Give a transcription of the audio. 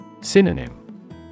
Synonym